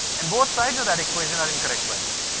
and both sides of that equation are incorrect, by the way,